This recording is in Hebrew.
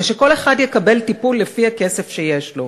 ושכל אחד יקבל טיפול לפי הכסף שיש לו,